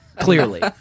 clearly